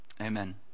amen